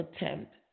attempt